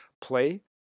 play